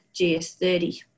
GS30